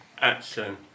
Action